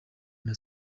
nka